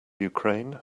ukraine